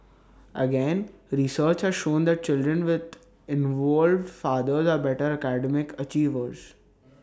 again research has shown that children with involved fathers are better academic achievers